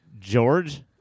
George